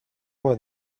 was